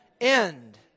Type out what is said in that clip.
end